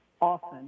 often